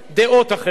דעות אחרות,